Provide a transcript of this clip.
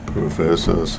Professor